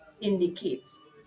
Indicates